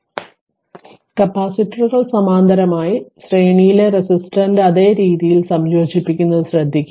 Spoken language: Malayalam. അതിനാൽ കപ്പാസിറ്ററുകൾ സമാന്തരമായി ശ്രേണിയിലെ റെസിസ്റ്ററിന്റെ അതേ രീതിയിൽ സംയോജിപ്പിക്കുന്നത് ശ്രദ്ധിക്കുക